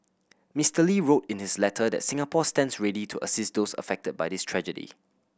Mister Lee wrote in his letter that Singapore stands ready to assist those affected by this tragedy